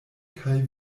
kaj